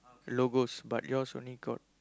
logos but yours only got